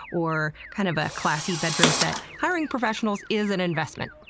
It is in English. or kind of a classy bedroom set hiring professionals is an investment.